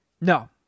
No